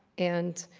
and